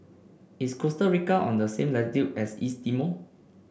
is Costa Rica on the same latitude as East Timor